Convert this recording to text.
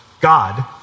God